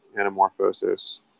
anamorphosis